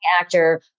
actor